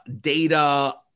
data